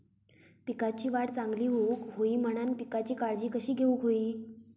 पिकाची वाढ चांगली होऊक होई म्हणान पिकाची काळजी कशी घेऊक होई?